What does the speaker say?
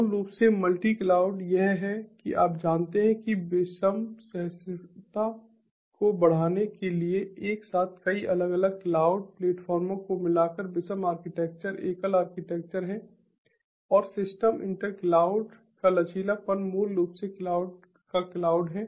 मूल रूप से मल्टी क्लाउड यह है कि आप जानते हैं कि विषम सहिष्णुता को बढ़ाने के लिए एक साथ कई अलग अलग क्लाउड प्लेटफार्मों को मिलाकर विषम आर्किटेक्चर एकल आर्किटेक्चर है और सिस्टम इंटर क्लाउड का लचीलापन मूल रूप से क्लाउड का क्लाउड है